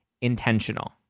intentional